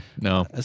no